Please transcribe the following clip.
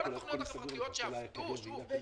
כל התוכניות החברתיות שם --- בצלאל,